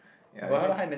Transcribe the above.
ya you see